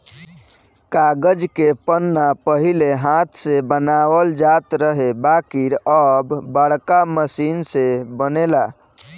कागज के पन्ना पहिले हाथ से बनावल जात रहे बाकिर अब बाड़का मशीन से बनेला